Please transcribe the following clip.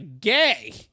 gay